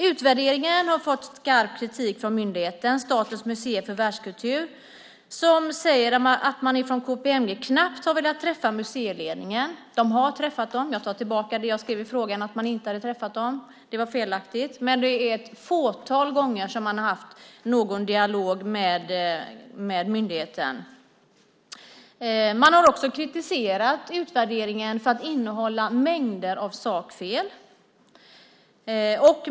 Utvärderingen har fått skarp kritik från myndigheten, Statens museer för världskultur, som säger att man från KPMG knappt har velat träffa museiledningen. Man har träffat ledningen; jag tar tillbaka det jag skrev i frågan om att man inte hade gjort det. Det var felaktigt. Men det är ett fåtal gånger man har haft någon dialog med myndigheten. Utvärderingen har också kritiserats för att innehålla mängder av sakfel.